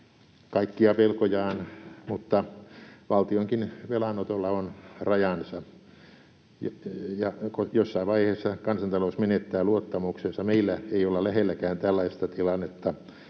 kaikkia velkojaan, mutta valtionkin velanotolla on rajansa, ja jossain vaiheessa kansantalous menettää luottamuksensa. Meillä ei olla lähelläkään tällaista tilannetta.